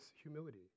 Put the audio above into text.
humility